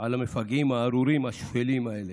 על המפגעים הארורים, השפלים האלה.